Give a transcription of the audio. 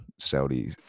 saudi